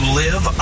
live